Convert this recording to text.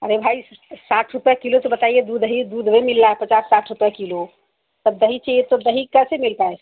अरे भाई स साठ रुपये किलो तो बताइए दूध ही दूध हो मिला पचास साठ रुपये किलो तब दही चाहिए तो दही कैसे मिल पाए